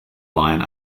line